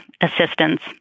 assistance